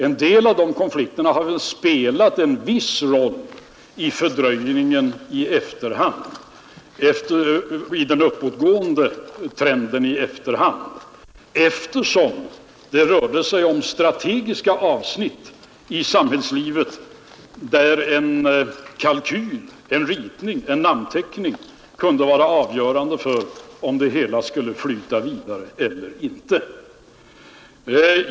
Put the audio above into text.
En del av dessa konflikter har spelat en viss negativ roll för den uppåtgående trenden i efterhand, eftersom det rörde sig om strategiska avsnitt i samhällslivet, där en kalkyl, en ritning eller en namnteckning kunde vara avgörande för om det hela skulle flyta vidare eller inte.